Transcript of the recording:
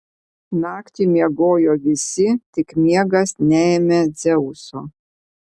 naktį miegojo visi tik miegas neėmė dzeuso